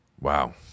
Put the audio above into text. Wow